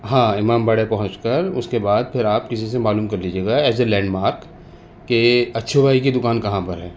ہاں امام باڑے پہنچ کر اس کے بعد پھر آپ کسی سے معلوم کر لیجیے گا ایز اے لینڈ مارک کہ اچھے بھائی کی دکان کہاں پر ہے